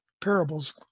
parables